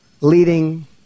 leading